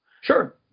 Sure